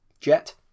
JET